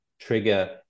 trigger